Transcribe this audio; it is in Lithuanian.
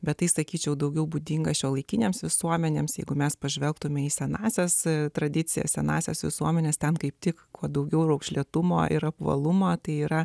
bet tai sakyčiau daugiau būdingas šiuolaikinėms visuomenėms jeigu mes pažvelgtumėme į senąsias tradicijas senąsias visuomenes ten kaip tik kuo daugiau raukšlėtumą ir apvalumą tai yra